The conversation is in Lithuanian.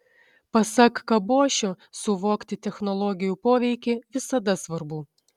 pasak kabošio suvokti technologijų poveikį visada svarbu